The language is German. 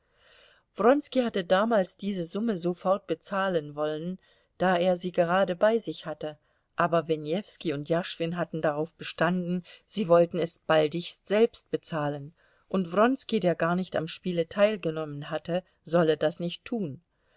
wronski hatte damals diese summe sofort bezahlen wollen da er sie gerade bei sich hatte aber wenewski und jaschwin hatten darauf bestanden sie wollten es baldigst selbst bezahlen und wronski der gar nicht am spiele teilgenommen hatte solle das nicht tun